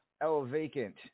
L-Vacant